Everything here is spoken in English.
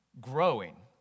Growing